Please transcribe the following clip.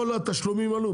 כל התשלומים עלו.